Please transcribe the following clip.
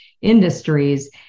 industries